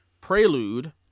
prelude